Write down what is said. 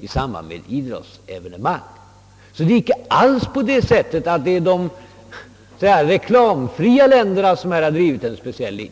i samband med ett idrottsarrangemang, som sänds i TV. De »reklamfria» länderna har alltså i detta sammanhang inte alls drivit någon speciell linje.